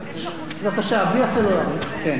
טוב, בבקשה.